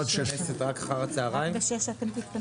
כבר יצא.